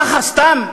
ככה סתם?